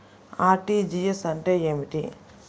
RTGS అంటే ఏమిటి?